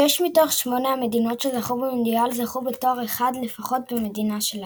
שש מתוך שמונה המדינות שזכו במונדיאל זכו בתואר אחד לפחות במדינה שלהן,